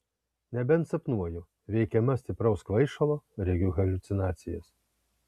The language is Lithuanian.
nebent sapnuoju veikiama stipraus kvaišalo regiu haliucinacijas